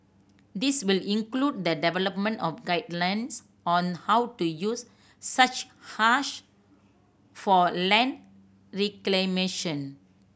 this will include the development of guidelines on how to use such hash for land reclamation